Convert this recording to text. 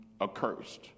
accursed